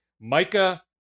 Micah